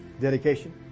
dedication